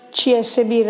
csb